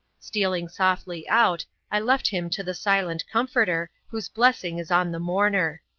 stealing softly out, i left him to the silent comforter whose blessing is on the mourner.